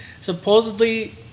Supposedly